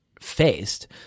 faced